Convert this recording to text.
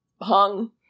hung